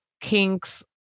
kinks